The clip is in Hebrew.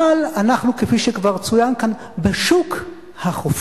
אבל אנחנו, כפי שכבר צוין כאן, ב"שוק החופשי".